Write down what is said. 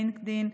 לינקדאין,